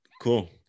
Cool